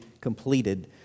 completed